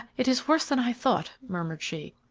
it is worse than i thought, murmured she.